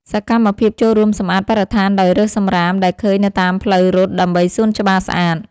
សកម្មភាពចូលរួមសម្អាតបរិស្ថានដោយរើសសម្រាមដែលឃើញនៅតាមផ្លូវរត់ ដើម្បីសួនច្បារស្អាត។